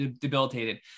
debilitated